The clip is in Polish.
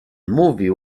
mówił